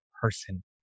person